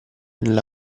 nella